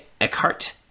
Eckhart